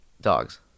Dogs